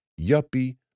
yuppie